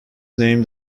named